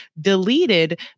deleted